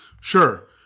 Sure